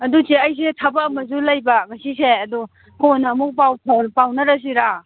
ꯑꯗꯨ ꯏꯆꯦ ꯑꯩꯁꯦ ꯊꯕꯛ ꯑꯃꯁꯨ ꯂꯩꯕ ꯉꯁꯤꯁꯦ ꯑꯗꯣ ꯀꯣꯟꯅ ꯑꯃꯨꯛ ꯄꯥꯎ ꯐꯥꯎꯅꯔꯁꯤꯔꯥ